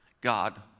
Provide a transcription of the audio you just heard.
God